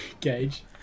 Gage